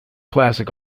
classic